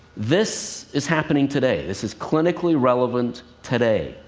this is happening today. this is clinically relevant today.